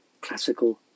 classical